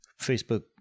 Facebook